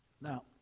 Now